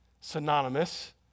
synonymous